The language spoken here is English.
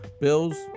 bills